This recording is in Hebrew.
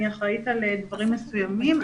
אני אחראית על דברים מסוימים.